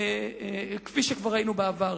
כפי שכבר ראינו בעבר.